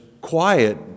quiet